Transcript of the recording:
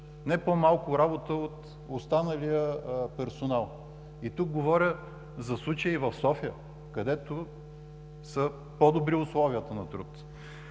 не по-малко работа от останалия персонал. Тук говоря за случаи в София, където условията на труд